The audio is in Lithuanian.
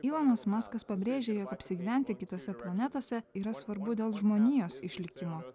ilonas maskas pabrėžė jog apsigyventi kitose planetose yra svarbu dėl žmonijos išlikimo